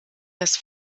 das